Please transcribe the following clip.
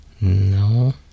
No